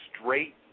straight